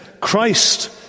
Christ